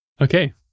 Okay